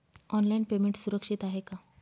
Online payment सुरक्षित आहे का?